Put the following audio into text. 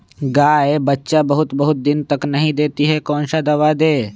गाय बच्चा बहुत बहुत दिन तक नहीं देती कौन सा दवा दे?